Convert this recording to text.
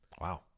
Wow